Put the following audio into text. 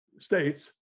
states